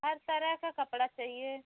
हर तरह का कपड़ा चाहिए